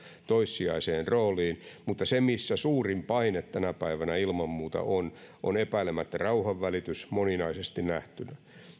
toissijaiseen rooliin mutta se missä suurin paine tänä päivänä ilman muuta on on epäilemättä rauhanvälitys moninaisesti nähtynä